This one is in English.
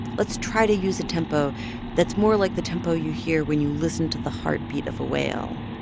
let's try to use a tempo that's more like the tempo you hear when you listen to the heartbeat of a whale.